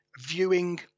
viewing